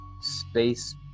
space